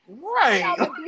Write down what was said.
right